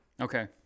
Okay